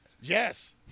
Yes